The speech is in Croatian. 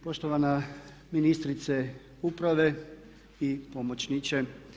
Poštovana ministrice uprave i pomoćniče.